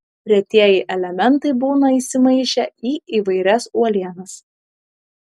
retieji elementai būna įsimaišę į įvairias uolienas